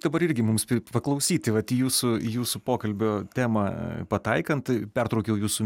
dabar irgi mums paklausyti vat į jūsų jūsų pokalbio temą pataikant pertraukiau jūsų